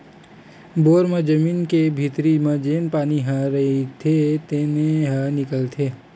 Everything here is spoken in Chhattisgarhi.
बोर म जमीन के भीतरी म जेन पानी ह रईथे तेने ह निकलथे